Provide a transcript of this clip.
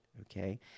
okay